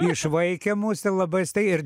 išvaikė mus ten labai staigiai ir